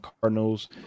Cardinals